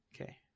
okay